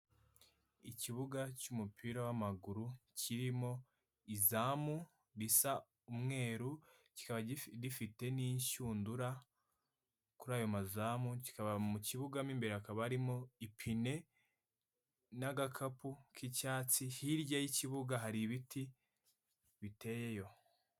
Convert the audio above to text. Ikibuga cy'umupira w'amaguru kirimo izamu risa umweru kikaba gifite n'inshyundura kuri ayo mazamu, kikaba mu kibuga mo imbere hakaba harimo ipine n'agakapu k'icyatsi hirya y'ikibuga hari ibiti biteyeyo.